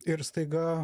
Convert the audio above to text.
ir staiga